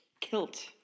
kilt